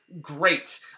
great